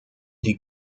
die